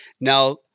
Now